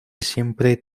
siempre